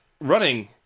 running